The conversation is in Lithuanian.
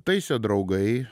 taisė draugai